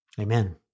Amen